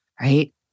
right